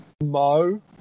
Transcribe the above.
Mo